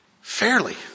fairly